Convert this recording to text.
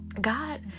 God